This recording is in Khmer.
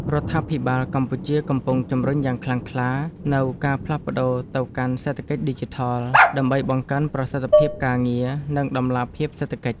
រដ្ឋាភិបាលកម្ពុជាកំពុងជំរុញយ៉ាងខ្លាំងក្លានូវការផ្លាស់ប្តូរទៅកាន់សេដ្ឋកិច្ចឌីជីថល ដើម្បីបង្កើនប្រសិទ្ធភាពការងារ និងតម្លាភាពសេដ្ឋកិច្ច។